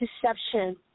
deception